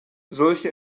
solche